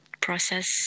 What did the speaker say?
process